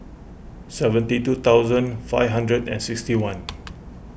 seventy two thousand five hundred and sixty one